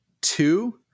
two